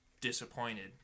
disappointed